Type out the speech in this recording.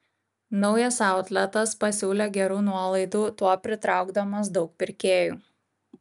naujas autletas pasiūlė gerų nuolaidų tuo pritraukdamas daug pirkėjų